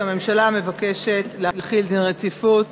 הממשלה מבקשת להחיל דין רציפות